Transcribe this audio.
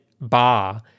ba